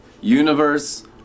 universe